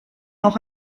auch